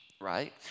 right